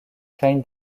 klein